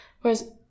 whereas